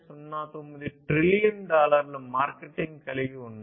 09 trillion డాలర్ల market కలిగి ఉన్నాయి